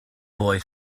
boy